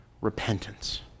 Repentance